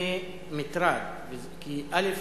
זה מטרד, כי, א.